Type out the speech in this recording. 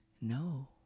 no